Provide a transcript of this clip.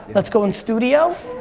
let's go in studio.